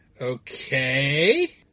Okay